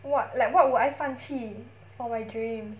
what like what would I 放弃 for my dream